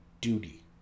duty